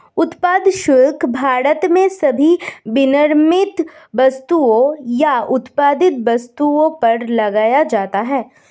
उत्पाद शुल्क भारत में सभी विनिर्मित वस्तुओं या उत्पादित वस्तुओं पर लगाया जाता है